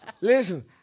Listen